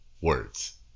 Words